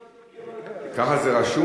נתקבלה.